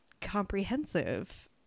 comprehensive